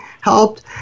helped